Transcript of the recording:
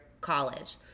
college